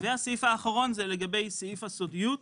והסעיף האחרון זה לגבי סעיף הסודיות,